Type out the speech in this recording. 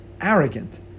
arrogant